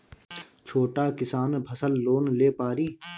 छोटा किसान फसल लोन ले पारी?